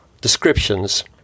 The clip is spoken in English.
descriptions